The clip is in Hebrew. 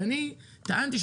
אני טענתי,